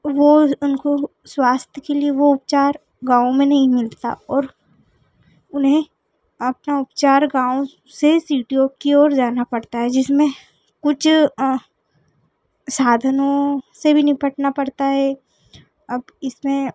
वह उनका स्वास्थ्य के लिए वह उपचार गाँव में नहीं मिलता और उन्हें अपना उपचार गाँव से सिटियों के और जाना पड़ता है जिस में कुछ साधनों से भी निपटना पड़ता है अब इस में